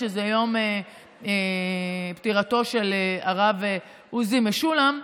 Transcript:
שזה יום פטירתו של הרב עוזי משולם,